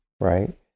right